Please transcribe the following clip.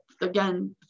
again